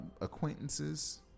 acquaintances